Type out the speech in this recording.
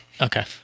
Okay